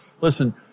Listen